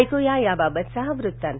ऐकू या त्याबाबतचा हा वृत्तांत